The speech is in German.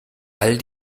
all